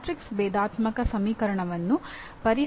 matrix ಭೇದಾತ್ಮಕ ಸಮೀಕರಣವನ್ನು ಪರಿಹರಿಸುವುದು